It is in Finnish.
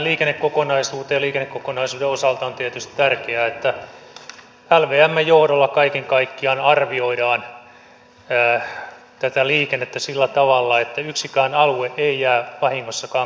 liikennekokonaisuuden osalta on tietysti tärkeää että lvmn johdolla kaiken kaikkiaan arvioidaan tätä liikennettä sillä tavalla että yksikään alue ei jää vahingossakaan katveeseen